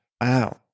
Wow